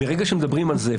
מרגע שמדברים על זה,